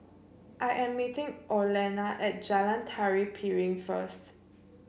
I am meeting Orlena at Jalan Tari Piring first